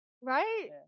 right